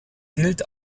gilt